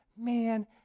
man